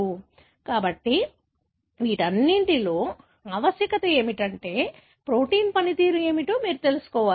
కాబట్టి వీటన్నింటిలో ఆవశ్యకత ఏమిటంటే ప్రోటీన్ పనితీరు ఏమిటో మీరు తెలుసుకోవాలి